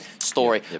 story